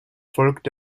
folgt